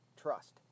Trust